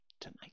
tonight